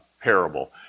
parable